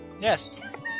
Yes